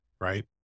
right